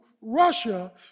Russia